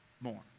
more